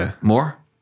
more